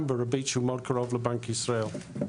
בריבית שהוא מאוד קרוב לבנק ישראל.